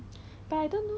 yeah maybe